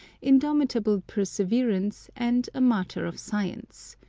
indomitable perseverance, and a martyr of science.